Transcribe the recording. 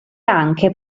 anche